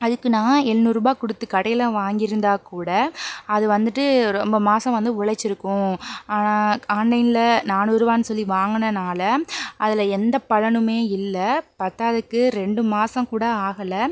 அதுக்கு நான் எழுநூறுரூபாய் கொடுத்து கடையில் வாங்கிருந்தா கூட அது வந்துட்டு ரொம்ப மாதம் வந்து உழைச்சுருக்கும் ஆனால் ஆன்லைனில் நானூருவான்னு சொல்லி வாங்குனனால் அதில் எந்தப் பலனுமே இல்லை பத்தாததுக்கு ரெண்டு மாசம்கூட ஆகல